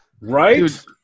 Right